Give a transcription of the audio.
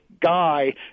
guy